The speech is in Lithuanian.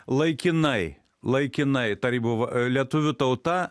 laikinai laikinai tarybų va lietuvių tauta